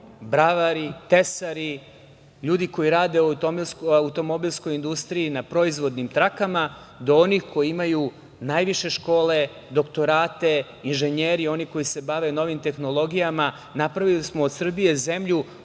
bravari, tesari, ljudi koji rade u automobilskoj industriji na proizvodnim trakama do onih koji imaju najviše škole, doktorate, inženjeri, oni koji se bave novim tehnologijama. Napravili smo od Srbije zemlju